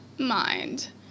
mind